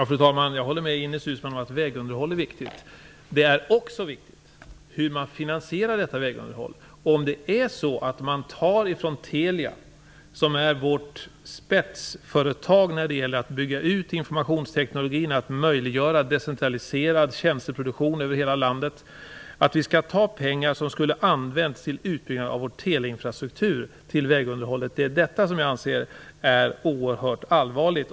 Fru talman! Jag håller med Ines Uusmann om att vägunderhåll är viktigt. Det är också viktigt hur man finansierar detta vägunderhåll. Om man från Telia, som är vårt spetsföretag när det gäller att bygga ut informationsteknologin och möjliggöra decentraliserad tjänsteproduktion över hela landet, skall ta pengar som skulle använts till utbyggnad av vår teleinfrastruktur och lägga på vägunderhållet, anser jag det vara oerhört allvarligt.